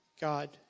God